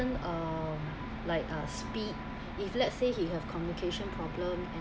um like uh speak if let's say he have communication problem and